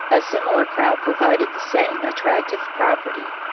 a similar crowd provided the same attractive property.